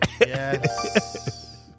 Yes